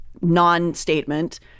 non-statement